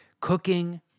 Cooking